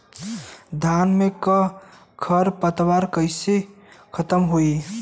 धान में क खर पतवार कईसे खत्म होई?